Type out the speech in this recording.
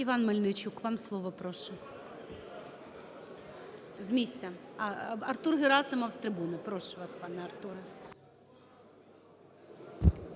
Іван Мельничук, вам слово. Прошу. З місця. Артур Герасимов з трибуни. Прошу вас, пане Артуре.